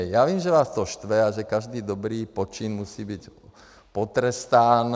Já vím, že vás to štve a že každý dobrý počin musí být potrestán.